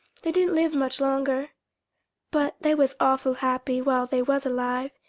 they didn't live much longer but they was awful happy while they was alive,